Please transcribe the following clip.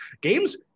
Games